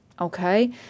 Okay